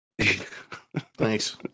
Thanks